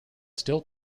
still